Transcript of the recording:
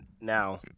now